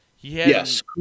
Yes